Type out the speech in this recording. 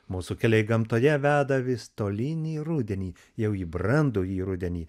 mūsų keliai gamtoje veda vis tolyn į rudenį jau į brandųjį rudenį